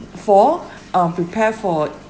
four I will prepare for